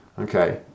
Okay